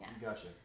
Gotcha